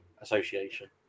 association